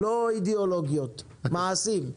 לא אידיאולוגיות, מעשים.